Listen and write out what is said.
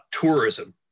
Tourism